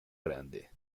grande